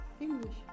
English